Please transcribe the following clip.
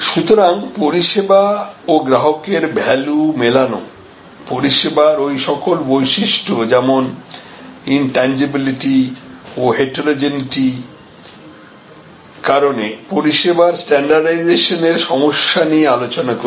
সুতরাং পরিষেবা ও গ্রাহকের ভ্যালু মেলানো পরিষেবার ঐ সকল বৈশিষ্ট্য যেমন ইন্টানজিবিলিটি ও হেতেরোজেনিতির কারণে পরিষেবার স্ট্যান্ডার্ডাইজেশনের সমস্যা নিয়ে আলোচনা করেছি